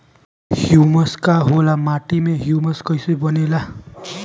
Humus का होला माटी मे ह्यूमस कइसे बनेला?